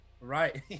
Right